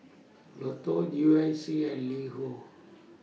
Lotto U I C and LiHo